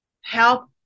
help